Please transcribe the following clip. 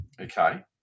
Okay